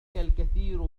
الكثير